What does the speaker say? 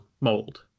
mold